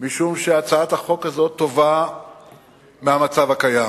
משום שהצעת החוק הזאת טובה מהמצב הקיים.